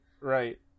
Right